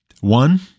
One